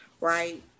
right